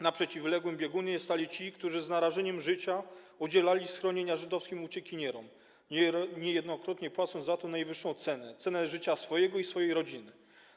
Na przeciwległym biegunie stali ci, którzy z narażeniem życia udzielali schronienia żydowskim uciekinierom, niejednokrotnie płacąc za to najwyższą cenę, cenę życia swojego i swojej rodziny.